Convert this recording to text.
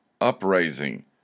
Uprising